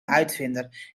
uitvinder